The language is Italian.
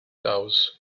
house